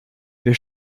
wir